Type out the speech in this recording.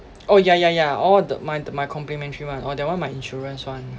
oh yeah yeah yeah orh th~ my the my complimentary one oh that one my insurance [one]